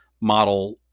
model